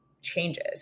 changes